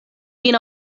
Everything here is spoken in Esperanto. vin